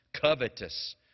covetous